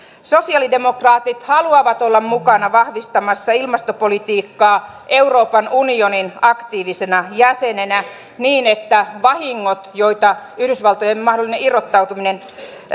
sosiaalidemokraatit haluavat olla mukana vahvistamassa ilmastopolitiikkaa euroopan unionin aktiivisena jäsenenä niin että vahingot joita yhdysvaltojen mahdollinen irrottautuminen